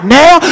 now